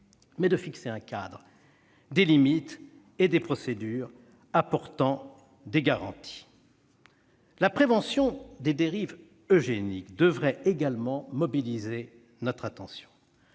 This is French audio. est de fixer un cadre, des limites et des procédures apportant des garanties. La prévention des dérives eugéniques devrait également mobiliser toute notre attention.